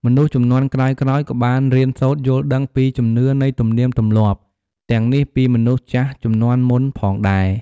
មនុស្សជំនាន់ក្រោយៗ ក៏បានរៀនសូត្រយល់ដឹងពីជំនឿនៃទំនៀមទម្លាប់ទាំងនេះពីមនុស្សចាស់ជំនាន់មុនផងដែរ។